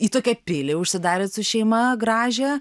į tokią pilį užsidarėt su šeima gražią